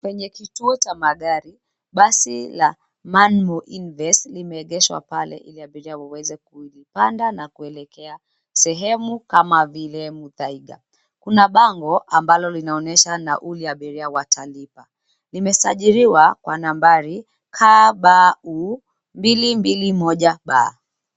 Kwenye kituo cha magari, basi la Manmo Invest limeegeshwa pale ili abiria waweze kuipanda na kuelekea sehemu kama vile Muthaiga. Kuna bango ambalo linaonyesha nauli abiria watalipa. Limesajiliwa kwa nambari KBU mbili mbili moja B.